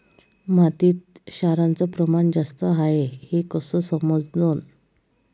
मातीत क्षाराचं प्रमान जास्त हाये हे कस समजन?